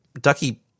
Ducky